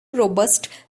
robust